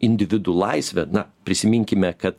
individų laisvę na prisiminkime kad